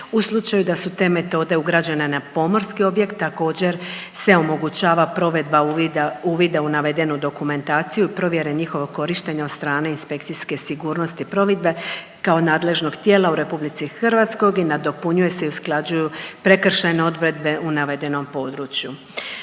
U slučaju da su te metode ugrađene na pomorski objekt, također se omogućava provedba uvida u navedenu dokumentaciju i provjere njihovog korištenja od strane inspekcijske sigurnosti plovidbe kao nadležnog tijela u RH i nadopunjuje se i usklađuju prekršajne odredbe u navedenom području.